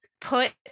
Put